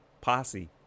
Posse